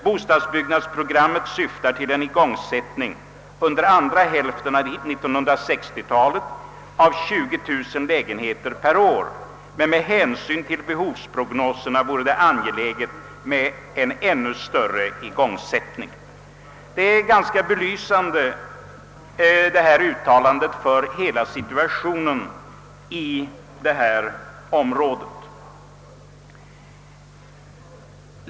Bostadsbyggnadsprogrammet syftar till en igångsättning under andra hälften av 1960-talet av 20000 lägenheter per år, men med hänsyn till behovsprognoserna vore det angeläget med en ännu större igångsättning.» Detta uttalande är ganska belysande för hela situationen i området.